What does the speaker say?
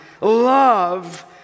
love